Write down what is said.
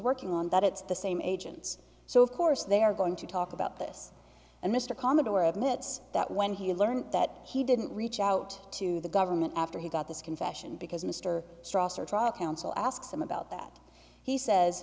working on that it's the same agents so of course they are going to talk about this and mr commodore admits that when he learned that he didn't reach out to the government after he got this confession because mr stross or trial counsel asks him about that he says